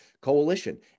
coalition